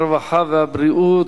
הרווחה והבריאות,